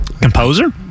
Composer